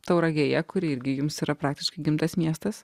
tauragėje kuri irgi jums yra praktiškai gimtas miestas